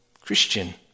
Christian